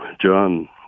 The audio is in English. john